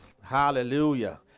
Hallelujah